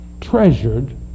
treasured